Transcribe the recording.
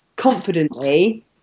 confidently